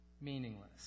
meaningless